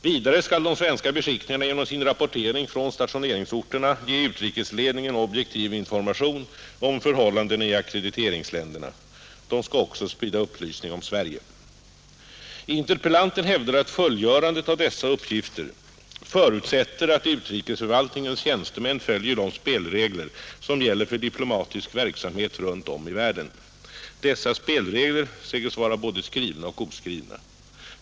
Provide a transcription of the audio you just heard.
Vidare skall de svenska beskickningarna genom sin rapportering från stationeringsorterna ge utrikesledningen objektiv information om förhållandena i ackrediteringsländerna. De skall också sprida upplysning om Sverige. Interpellanten hävdar att fullgörande av dessa uppgifter förutsätter att utrikesförvaltningens tjänstemän följer de spelregler som gäller för diplomatisk verksamhet runt om i världen. Dessa spelregler säges vara både skrivna och oskrivna.